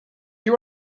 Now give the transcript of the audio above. you